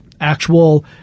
actual